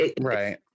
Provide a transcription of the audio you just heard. right